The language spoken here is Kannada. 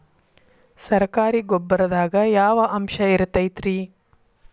ಸರಕಾರಿ ಗೊಬ್ಬರದಾಗ ಯಾವ ಅಂಶ ಇರತೈತ್ರಿ?